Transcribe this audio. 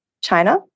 China